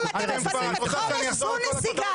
אם אתם מפנים את חומש, זו נסיגה.